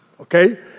okay